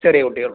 ചെറിയ കുട്ടികൾ